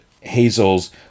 Hazel's